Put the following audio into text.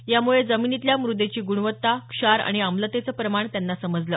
यामुळे जमिनीतल्या मुदेची गुणवत्ता क्षार आणि आम्लतेचं प्रमाण त्यांना समजलं